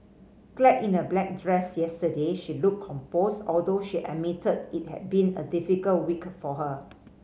clad in a black dress yesterday she looked composed although she admitted it had been a difficult week for her